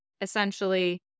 essentially